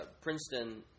Princeton